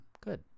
Good